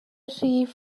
rif